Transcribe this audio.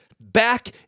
back